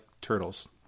turtles